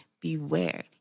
Beware